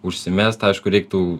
užsimest aišku reiktų